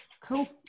Cool